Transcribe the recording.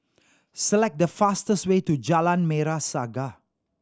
select the fastest way to Jalan Merah Saga